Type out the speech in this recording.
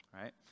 Right